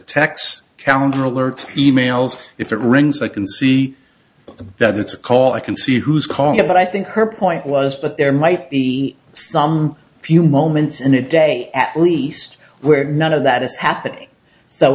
s calendar alerts emails if it rings i can see that it's a call i can see who's calling it what i think her point was but there might be some few moments in a day at least where none of that is happening so